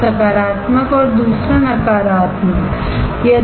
एक सकारात्मक है और दूसरा नकारात्मक है